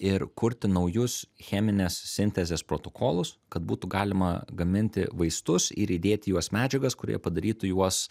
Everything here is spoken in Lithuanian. ir kurti naujus cheminės sintezės protokolus kad būtų galima gaminti vaistus ir įdėt į juos medžiagas kurie padarytų juos